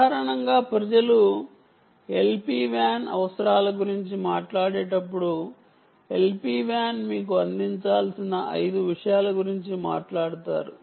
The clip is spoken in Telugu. సాధారణంగా ప్రజలు LPWAN అవసరాల గురించి మాట్లాడేటప్పుడు LPWAN మీకు అందించాల్సిన 5 విషయాల గురించి మాట్లాడుతారు